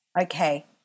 okay